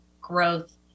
growth